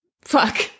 fuck